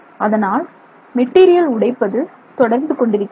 அதனால் மெட்டீரியல் உடைப்பது தொடர்ந்து கொண்டிருக்கிறது